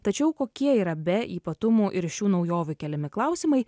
tačiau kokie yra be ypatumų ir šių naujovių keliami klausimai